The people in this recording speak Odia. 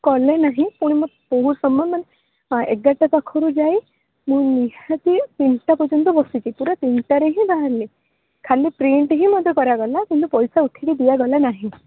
କଲେ ନାହିଁ ପୁଣି ମୋ ବହୁତ ସମୟ ମାନେ ହଁ ଏଗାରଟା ପାଖରୁ ଯାଇ ମୁଁ ନିହାତି ତିନିଟା ପର୍ଯ୍ୟନ୍ତ ବସିଛି ପୂରା ତିନିଟାରେ ହିଁ ବାହାରିଲି ଖାଲି ପ୍ରିଣ୍ଟ ଟିକେ ମୋତେ କରାଗଲା ପଇସା ଉଠାଇ ଦିଆଗଲା ନାହିଁ